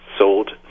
sold